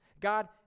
God